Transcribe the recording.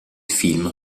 film